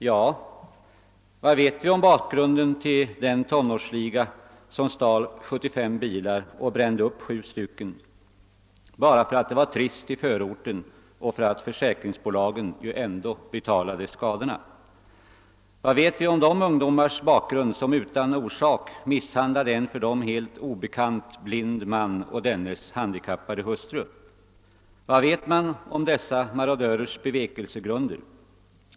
Ja, vad vet vi om bakgrunden till den tonårsliga som stal 75 bilar och brände upp 7 bara för att det var trist i förorten och för att försäkringsbolaget ändå betalade skadorna? Vad vet vi om de ungdomars bakgrund som utan orsak misshandlade en för dem helt obekant blind man och dennes handikappade hustru? Vad vet vi om dessa marodörers bevekelsegrunder?